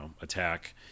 attack